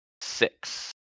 six